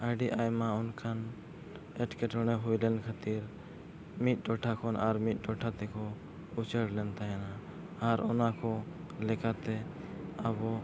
ᱟᱹᱰᱤ ᱟᱭᱢᱟ ᱚᱱᱠᱟᱱ ᱮᱴᱠᱮᱴᱚᱬᱮ ᱦᱩᱭᱞᱮᱱ ᱠᱷᱟᱹᱛᱤᱨ ᱢᱤᱫ ᱴᱚᱴᱷᱟ ᱠᱷᱚᱱ ᱟᱨ ᱢᱤᱫ ᱴᱚᱴᱷᱟ ᱛᱮᱠᱚ ᱩᱲᱟᱹᱲ ᱞᱮᱱ ᱛᱟᱦᱮᱱᱟ ᱟᱨ ᱚᱱᱟᱠᱚ ᱞᱮᱠᱟᱛᱮ ᱟᱵᱚ